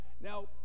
Now